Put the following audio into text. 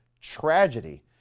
tragedy